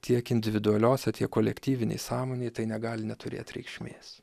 tiek individualiose tiek kolektyvinėj sąmonėje tai negali neturėt reikšmės